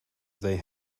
they